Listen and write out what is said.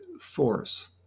force